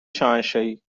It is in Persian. شاهنشاهی